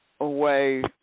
away